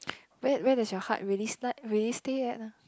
where where does your heart really start really stay at lah